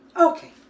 Okay